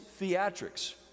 theatrics